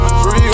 free